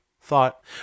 thought